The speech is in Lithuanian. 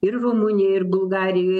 ir rumunijoj ir bulgarijoj